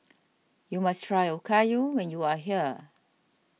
you must try Okayu when you are here